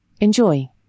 Enjoy